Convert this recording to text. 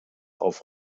auf